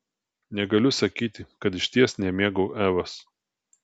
negaliu sakyti kad išties nemėgau evos